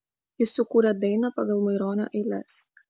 jis sukūrė dainą pagal maironio eiles